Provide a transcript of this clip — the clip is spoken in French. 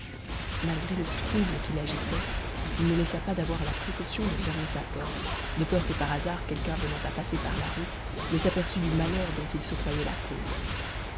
malgré le trouble qui l'agitait il ne laissa pas d'avoir la précaution de fermer sa porte de peur que par hasard quelqu'un venant à passer par la rue ne s'aperçût du malheur dont il se croyait la cause